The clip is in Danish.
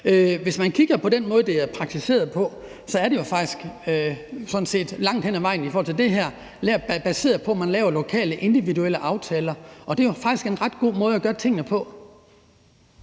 Hvis vi kigger på den måde, det er praktiseret på, er det jo faktisk i forhold til det her langt hen ad vejen baseret på, at man laver lokale, individuelle aftaler, og det er jo faktisk en ret god måde at gøre tingene på.